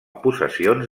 possessions